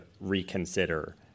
reconsider